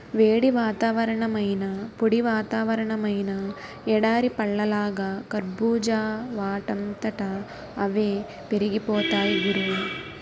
వేడి వాతావరణమైనా, పొడి వాతావరణమైనా ఎడారి పళ్ళలాగా కర్బూజా వాటంతట అవే పెరిగిపోతాయ్ గురూ